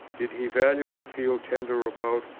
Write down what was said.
did he value and feel tender about,